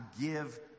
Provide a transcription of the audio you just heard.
give